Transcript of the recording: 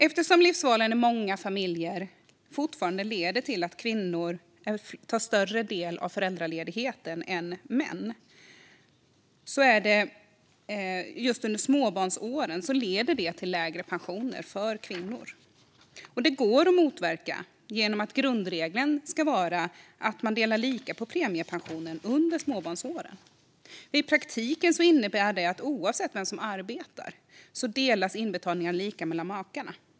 Eftersom livsvalen i många familjer fortfarande leder till att kvinnor tar ut en större del av föräldraledigheten än män är det alltså småbarnsåren som leder till lägre pensioner för just kvinnor. Det går att motverka genom att grundregeln ska vara att man delar lika på premiepensionen just under småbarnsåren. I praktiken innebär det att oavsett vem som arbetar delas inbetalningarna lika mellan makarna.